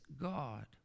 God